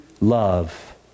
love